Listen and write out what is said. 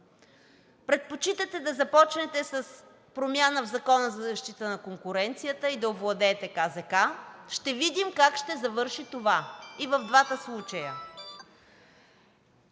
предпочитате да започнете с промяна в Закона за защита на конкуренцията и да овладеете КЗК. Ще видим как ще завърши това и в двата случая.